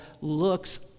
looks